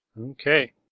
Okay